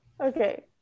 Okay